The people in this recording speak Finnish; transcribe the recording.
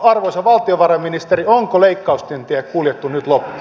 arvoisa valtiovarainministeri onko leikkausten tie kuljettu nyt loppuun